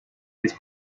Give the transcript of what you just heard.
this